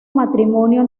matrimonio